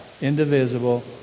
indivisible